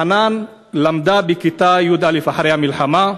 חנאן למדה בכיתה י"א אחרי המלחמה,